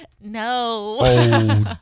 No